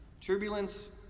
turbulence